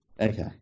Okay